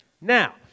Now